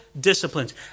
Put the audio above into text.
disciplines